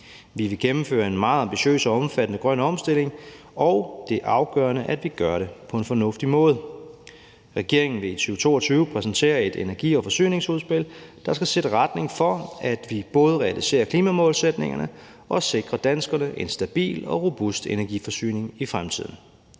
Vi vil gennemføre en meget ambitiøs og omfattende grøn omstilling, og det er afgørende, at vi gør det på en fornuftig måde. Regeringen vil i 2022 præsentere et energi- og forsyningsudspil, der skal sætte retningen for, at vi både realiserer klimamålsætningerne og sikrer danskerne en stabil og robust energiforsyning i fremtiden.